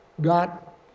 got